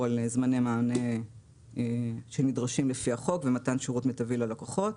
על זמני מענה שנדרשים לפי החוק ומתן שירות מיטבי ללקוחות.